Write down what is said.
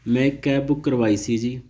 ਮੈਂ cab book ਕਰਵਾਈ ਸੀ ਜੀ